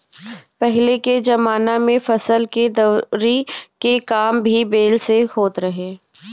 पहिले के जमाना में फसल के दवरी के काम भी बैल से होत रहे